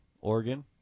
Oregon